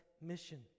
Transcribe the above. mission